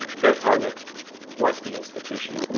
their target was the institution.